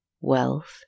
Wealth